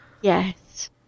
Yes